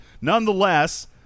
Nonetheless